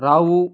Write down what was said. రావు